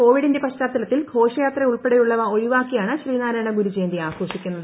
കോവിഡിന്റെ പശ്ചാത്തൽത്തിൽ ഘോഷയാത്രയുൾപ്പെടെയുള്ളവ ഒഴിവാക്കിയാണ് ശ്രീനാർായണഗുരു ജയന്തി ആഘോഷിക്കുന്നത്